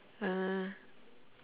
uh